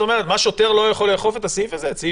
שוטר לא יכול לאכוף את תקנה